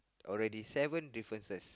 already seven differences